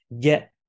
get